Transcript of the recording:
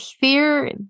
Fear